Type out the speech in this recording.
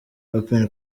open